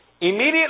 Immediately